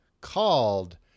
called